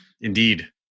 Indeed